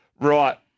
Right